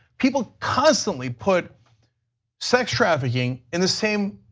people constantly put sex trafficking in the same